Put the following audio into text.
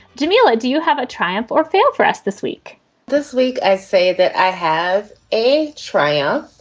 dumela. do you have a triumph or fail? for us this week this week i say that i have a triumph.